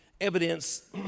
evidence